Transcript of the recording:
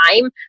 time